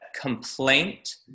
complaint